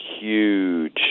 huge